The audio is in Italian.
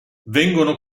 vengono